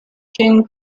king